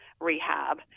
rehab